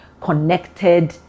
connected